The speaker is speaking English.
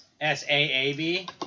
S-A-A-B